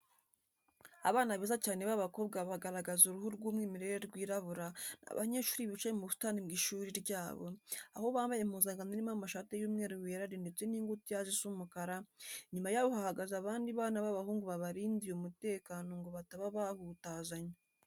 Abana beza cyane b'abakobwa bagaragaza uruhu rw'umwimerere rw'abirabura, ni abanyeshuri bicaye mu busitani bw'ishuri ryabo, aho bambaye impuzankano irimo amashati y'umweru wera de ndetse n'ingutiya zisa umukara, inyuma yabo hahagaze abandi bana b'abahungu babarindiye umutekano ngo bataba bahutazanya.